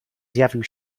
zjawił